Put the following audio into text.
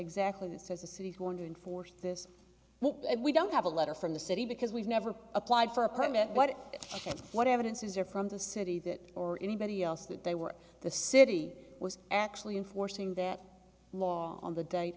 exactly that says the city is going to enforce this we don't have a letter from the city because we've never applied for a permit but what evidence is there from the city that or anybody else that they were the city was actually enforcing that law on the date